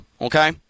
okay